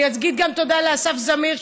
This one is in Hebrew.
אני אגיד גם תודה לאסף זמיר,